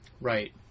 Right